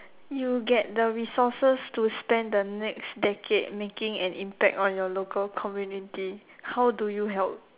you get the resources to spend the next decade making an impact on your local community how do you help